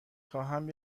خواهم